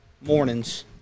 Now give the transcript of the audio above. mornings